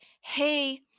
hey